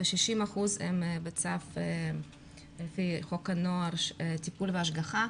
ו-60% הם בצו לפי חוק הנוער (טיפול והשגחה).